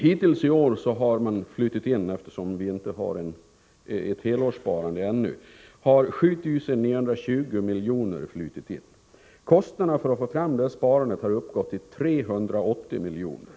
Hittills i år har 7 920 miljoner flutit in. Kostnaderna för att få fram detta sparande har uppgått till 380 miljoner.